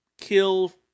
kill